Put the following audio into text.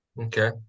Okay